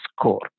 score